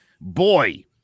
boy